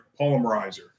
polymerizer